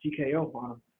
TKO